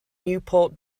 newport